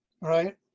right